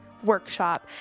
workshop